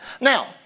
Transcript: Now